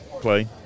play